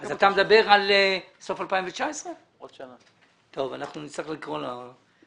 אתה מדבר על סוף 2019. אנחנו נצטרך לקרוא לה.